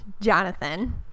Jonathan